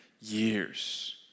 years